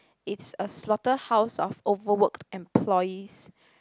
it's a slaughterhouse of overworked employees